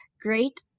great